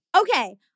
Okay